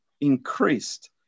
increased